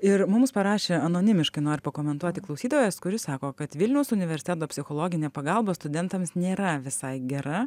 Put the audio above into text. ir mums parašė anonimiškai noriu pakomentuoti klausytojas kuris sako kad vilniaus universiteto psichologinė pagalba studentams nėra visai gera